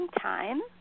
time